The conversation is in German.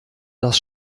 das